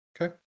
Okay